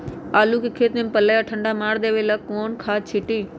आलू के खेत में पल्ला या ठंडा मार देवे पर कौन खाद छींटी?